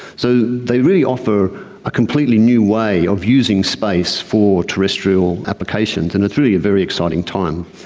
so they really offer a completely new way of using space for terrestrial applications and it's really a very exciting time.